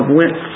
went